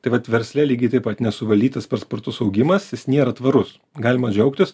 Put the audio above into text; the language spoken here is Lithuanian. tai vat versle lygiai taip pat nesuvaldytas per spartus augimas jis nėra tvarus galima džiaugtis